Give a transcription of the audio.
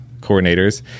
coordinators